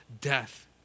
death